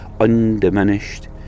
undiminished